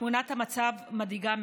תמונת המצב מדאיגה מאוד.